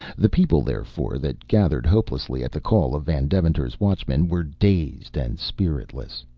the people, therefore, that gathered hopelessly at the call of van deventer's watchmen were dazed and spiritless.